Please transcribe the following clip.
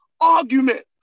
arguments